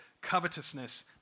covetousness